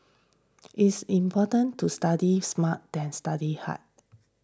it's important to study smart than study hard